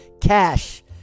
Cash